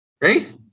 right